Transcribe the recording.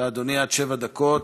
עד שבע דקות.